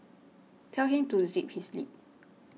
tell him to zip his lip